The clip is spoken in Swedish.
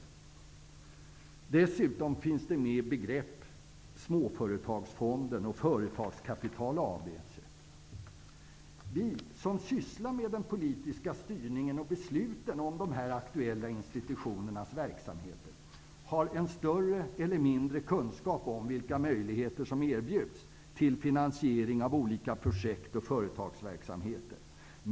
Vi som sysslar med den politiska styrningen och besluten om de här aktuella institutionernas verksamheter har en större eller mindre kunskap om vilka möjligheter som erbjuds till finansiering av olika projekt och företagsverksamheter.